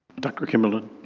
dr. kimberlin.